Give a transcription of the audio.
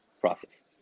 process